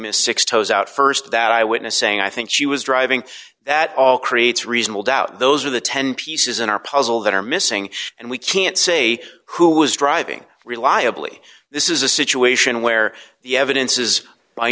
ms six toes out st that eyewitness saying i think she was driving that all creates reasonable doubt those are the ten pieces in our puzzle that are missing and we can't say who was driving reliably this is a situation where the evidence is by